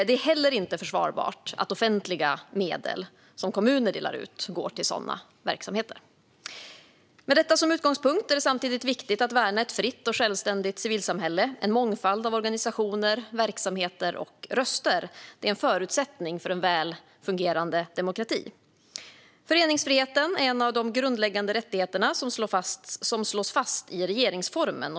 Det är heller inte försvarbart att offentliga medel som kommuner delar ut går till sådana verksamheter. Med detta som utgångspunkt är det samtidigt viktigt att värna ett fritt och självständigt civilsamhälle med en mångfald av organisationer, verksamheter och röster. Det är en förutsättning för en väl fungerande demokrati. Föreningsfriheten är en av de grundläggande rättigheter som slås fast i regeringsformen.